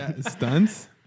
stunts